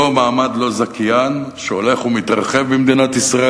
אותו מעמד לא-זכיין שהולך ומתרחב במדינת ישראל,